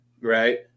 right